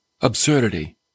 absurdity